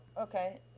Okay